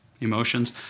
emotions